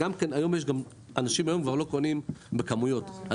היום אנשים כבר לא קונים בכמויות.